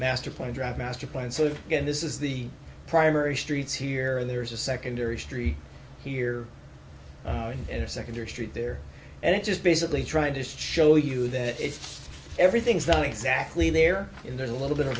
master plan dr master plan so again this is the primary streets here there is a secondary street here and a secondary street there and it just basically trying to show you that it's everything's not exactly there in there's a little bit of